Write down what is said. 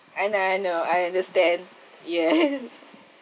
I know I know I understand yes